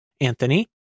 anthony